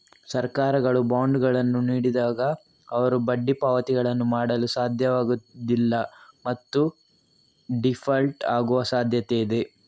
ಸರ್ಕಾರಗಳು ಬಾಂಡುಗಳನ್ನು ನೀಡಿದಾಗ, ಅವರು ಬಡ್ಡಿ ಪಾವತಿಗಳನ್ನು ಮಾಡಲು ಸಾಧ್ಯವಾಗುವುದಿಲ್ಲ ಮತ್ತು ಡೀಫಾಲ್ಟ್ ಆಗುವ ಸಾಧ್ಯತೆಯಿದೆ